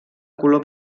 color